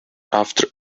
after